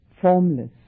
formless